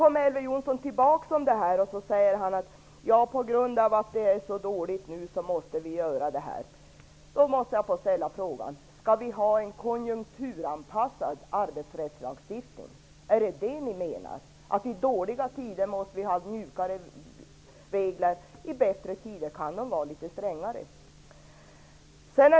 Elver Jonsson kommer tillbaka till dessa saker och säger: På grund av att det är så dåligt nu måste vi göra det här. Men då måste jag få ställa frågan: Skall vi ha en konjunkturanpassad arbetsrättslagstiftning? Menar ni alltså att vi i dåliga tider måste ha mjukare regler och att reglerna när det är bättre tider kan vara litet strängare?